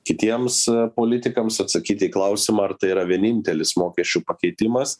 kitiems politikams atsakyti į klausimą ar tai yra vienintelis mokesčių pakeitimas